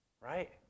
right